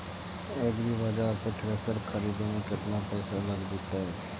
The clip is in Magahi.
एग्रिबाजार से थ्रेसर खरिदे में केतना पैसा लग जितै?